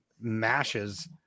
mashes